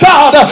God